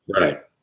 Right